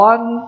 One